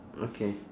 okay